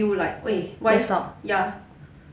为